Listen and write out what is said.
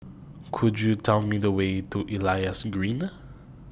Could YOU Tell Me The Way to Elias Green